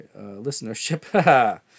listenership